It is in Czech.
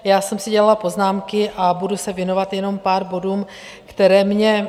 Já jsem si dělala poznámky a budu se věnovat jenom pár bodům, které mě zaujaly.